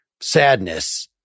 sadness